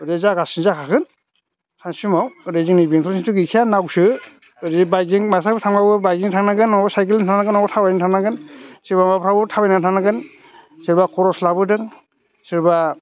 ओरै जागासिनो जाखागोन सानसे समाव ओरै जोंनि बेंथलजोंथ' गैखाया नावसो ओरै बाइकजों थांनांगोन नङाब्ला साइखेलजों थांनांगोन नङाब्ला थाबायनानै थांनांगोन सोरबा खरस लाबोदों सोरबा